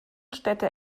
städte